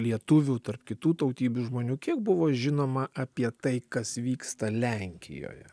lietuvių tarp kitų tautybių žmonių kiek buvo žinoma apie tai kas vyksta lenkijoje